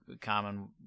common